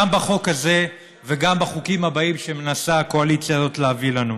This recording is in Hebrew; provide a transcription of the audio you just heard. גם בחוק הזה וגם בחוקים הבאים שמנסה הקואליציה הזאת להביא לנו.